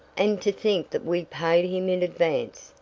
and to think that we paid him in advance!